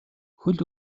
хөл